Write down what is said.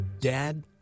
Dad